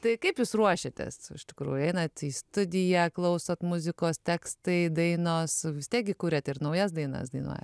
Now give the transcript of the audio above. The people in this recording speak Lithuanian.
tai kaip jūs ruošiatės iš tikrųjų einat į studiją klausot muzikos tekstai dainos vis tiek gi kuriat ir naujas dainas dainuoja